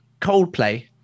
Coldplay